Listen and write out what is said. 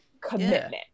commitment